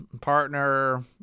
partner